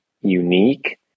unique